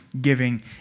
giving